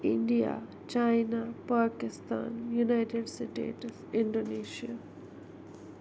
India China Pakistan United States Indonesia